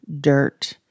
dirt